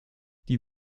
die